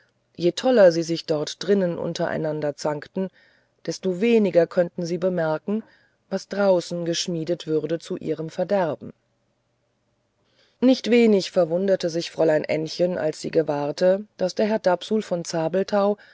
je toller sie sich dort drinnen untereinander zankten desto weniger könnten sie bemerken was draußen geschmiedet würde zu ihrem verderben nicht wenig verwunderte sich fräulein ännchen als sie gewahrte daß der herr dapsul von